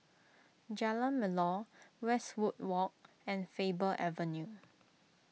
Jalan Melor Westwood Walk and Faber Avenue